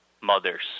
mothers